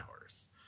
hours